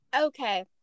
Okay